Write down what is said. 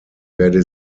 werde